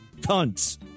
cunts